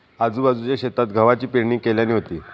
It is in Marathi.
आजूबाजूच्या शेतात गव्हाची पेरणी केल्यानी होती